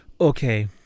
Okay